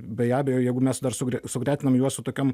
be abejo jeigu mes dar sugre sugretinam juos su tokiom